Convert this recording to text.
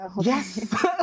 Yes